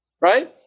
Right